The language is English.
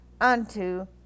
unto